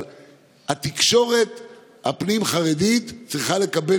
אבל התקשורת הפנים-חרדית צריכה לקבל